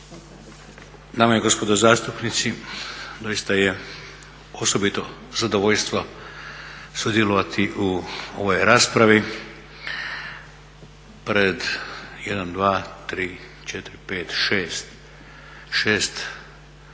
Dame i gospodo zastupnici. Doista je osobito zadovoljstvo sudjelovati u ovoj raspravi pred 1, 2, 3, 4, 5, 6, 4